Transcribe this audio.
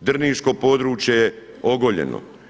drniško područje je ogoljeno.